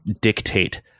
dictate